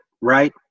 right